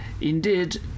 indeed